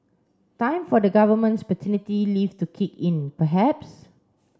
time for the government's paternity leave to kick in perhaps